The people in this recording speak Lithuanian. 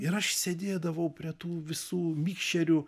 ir aš sėdėdavau prie tų visų mikšerių